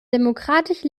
demokratisch